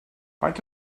faint